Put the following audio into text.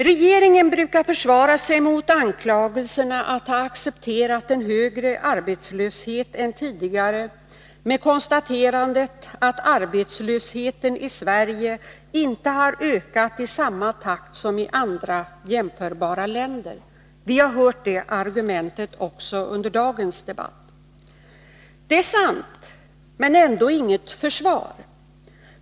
Regeringen brukade tidigare försvara sig mot anklagelserna att ha accepterat en högre arbetslöshet med konstaterandet att arbetslösheten i Sverige inte har ökat i samma takt som i andra jämförbara länder. Vi har hört det argumentet också under dagens debatt. Det är sant, men ändå inget försvar.